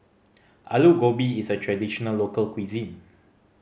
Aloo Gobi is a traditional local cuisine